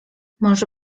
może